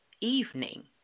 evening